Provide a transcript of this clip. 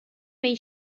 may